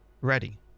ready